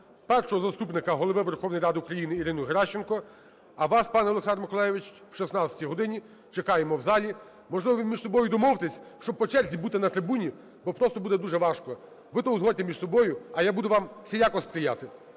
Першому заступнику Голови Верховної Ради України Ірині Геращенко. А вас, пане Олександре Миколайовичу, о 16 годині чекаємо в залі. Можливо, ви між собою домовтесь, щоб по черзі бути на трибуні, бо просто буде дуже важко. Ви то просто узгодьте між собою, а я буду вам всіляко сприяти.